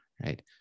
right